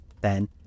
Then